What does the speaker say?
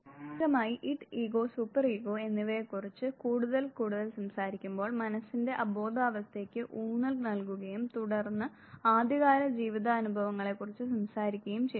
പ്രാഥമികമായി id ego super ego എന്നിവയെക്കുറിച്ച് കൂടുതൽ കൂടുതൽ സംസാരിക്കുമ്പോൾ മനസ്സിന്റെ അബോധാവസ്ഥയ്ക്ക് ഊന്നൽ നൽകുകയും തുടർന്ന് ആദ്യകാല ജീവിതാനുഭവങ്ങളെക്കുറിച്ച് സംസാരിക്കുകയും ചെയ്തു